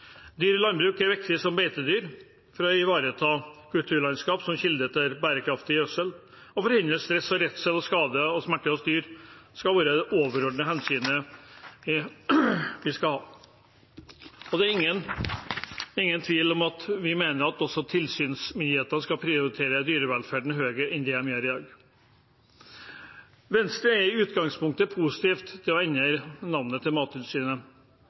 Dyr i landbruk er viktige som beitedyr for å ivareta kulturlandskap og som kilde til bærekraftig gjødsel. Å forhindre stress, redsel, skade og smerte hos dyr skal være det overordnede hensynet vi skal ta. Det er ingen tvil om at vi mener at også tilsynsmyndighetene skal prioritere dyrevelferden høyere enn de gjør i dag. Venstre er i utgangspunktet positive til å endre navnet til Mattilsynet.